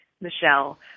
Michelle